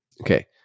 Okay